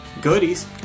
goodies